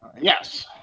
Yes